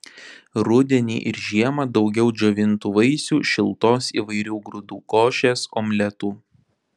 rudenį ir žiemą daugiau džiovintų vaisių šiltos įvairių grūdų košės omletų